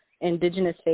Indigenous